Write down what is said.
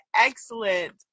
excellent